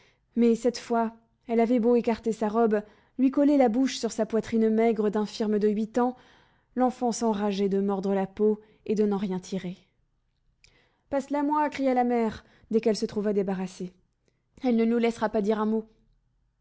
mais cette fois elle avait beau écarter sa robe lui coller la bouche sur sa poitrine maigre d'infirme de huit ans l'enfant s'enrageait de mordre la peau et de n'en rien tirer passe la moi cria la mère dès qu'elle se trouva débarrassée elle ne nous laissera pas dire un mot